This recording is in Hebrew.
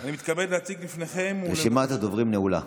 אני מתכבד להציג בפניכם, רשימת הדוברים נעולה.